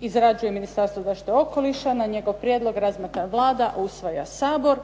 izrađuje Ministarstvo zaštite okoliša, na njegov prijedlog razmatra Vlada a usvaja Sabor